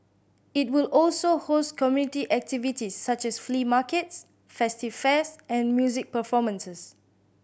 it will also host community activities such as flea markets festive fairs and music performances